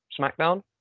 Smackdown